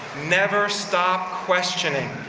never stop questioning,